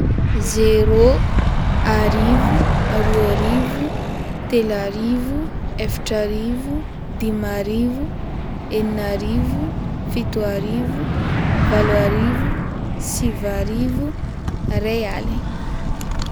Zero, arivo, aroa arivo, telo arivo, efatra arivo, dimy arivo, enina arivo, fito arivo, valo arivo, sivy arivo, ray aligny.